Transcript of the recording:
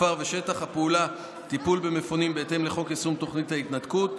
הכפר ושטח הפעולה: טיפול במפונים בהתאם לחוק יישום תוכנית ההתנתקות,